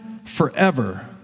Forever